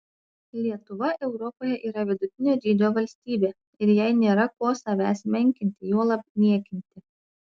lietuva europoje yra vidutinio dydžio valstybė ir jai nėra ko savęs menkinti juolab niekinti